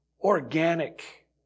organic